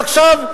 ועכשיו,